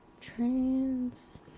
Trans